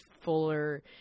fuller